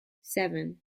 seven